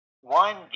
one